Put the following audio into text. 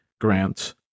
grants